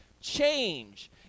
change